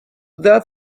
that